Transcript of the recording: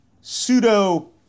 pseudo